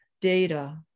data